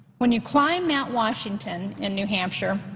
when you climb mount washington in new hampshire,